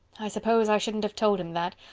i suppose i shouldn't have told him that,